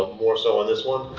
ah more so on this one,